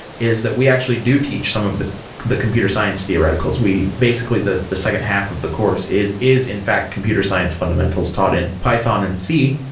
is that we actually do teach some of the the computer science theoreticals. basically, the the second half of the course is is in fact computer science fundamentals taught in python and c,